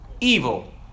evil